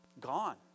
gone